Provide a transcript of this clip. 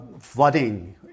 Flooding